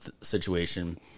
situation